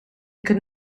could